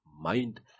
mind